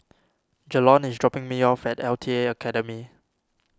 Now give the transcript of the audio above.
Jalon is dropping me off at L T A Academy